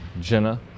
Jenna